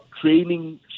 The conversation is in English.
training